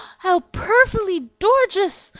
how perf'ly dorgeous!